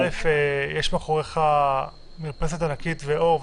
קודם כול יש מאחוריך מרפסת ענקית ואור,